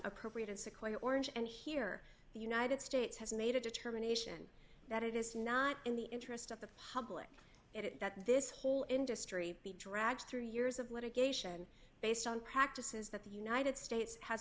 appropriated sequoia orange and here the united states has made a determination that it is not in the interest of the public it that this whole industry be dragged through years of litigation based on practices that the united states has